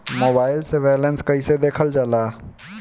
Mobile से balance कइसे देखल जाला?